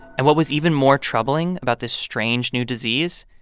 and what was even more troubling about this strange new disease,